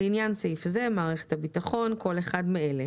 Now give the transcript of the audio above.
לעניין סעיף זה, "מערכת הביטחון" כל אחד מאלה: